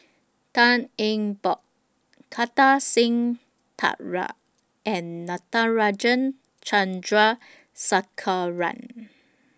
Tan Eng Bock Kartar Singh Thakral and Natarajan Chandrasekaran